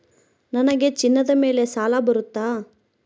ನನಗೆ ಚಿನ್ನದ ಮೇಲೆ ಸಾಲ ಬರುತ್ತಾ?